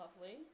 lovely